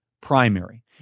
primary